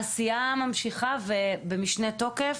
העשייה ממשיכה, במשנה תוקף,